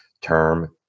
term